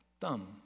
thumb